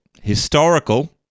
historical